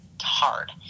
hard